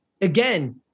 again